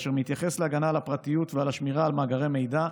אשר מתייחס להגנה על הפרטיות ועל השמירה על מאגרי מידע,